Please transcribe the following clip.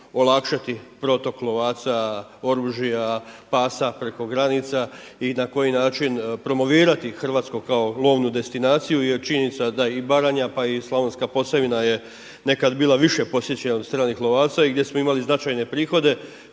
olakšati protok lovaca, oružja, pasa preko granica i na koji način promovirati Hrvatsku kao lovnu destinaciju jer činjenica da i Baranja pa i Slavonska Posavina je nekad bila više posjećena od strane lovaca i gdje smo imali značajne prihode.